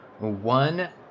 One